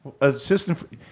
Assistant